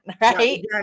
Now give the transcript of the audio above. right